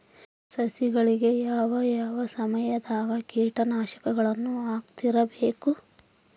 ಸಸಿಗಳಿಗೆ ಯಾವ ಯಾವ ಸಮಯದಾಗ ಕೇಟನಾಶಕಗಳನ್ನು ಹಾಕ್ತಿರಬೇಕು?